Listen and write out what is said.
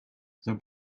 the